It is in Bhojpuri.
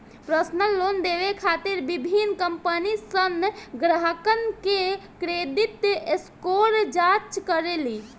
पर्सनल लोन देवे खातिर विभिन्न कंपनीसन ग्राहकन के क्रेडिट स्कोर जांच करेली